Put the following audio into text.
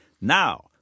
now